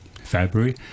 February